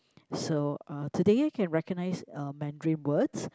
so uh today I can recognise uh Mandarin words